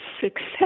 success